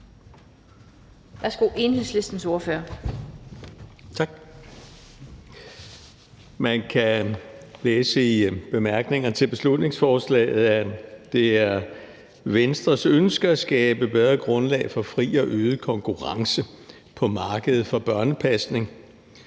Jakob Sølvhøj (EL): Man kan læse i bemærkningerne til beslutningsforslaget, at det er Venstres ønske at skabe et bedre grundlag for fri og øget konkurrence på markedet for børnepasning.